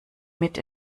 mit